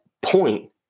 point